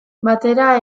batera